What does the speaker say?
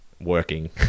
working